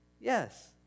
Yes